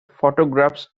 photographs